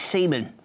Seaman